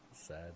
Sad